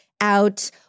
out